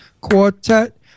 Quartet